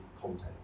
content